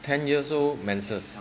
ten years old menses